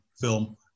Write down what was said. film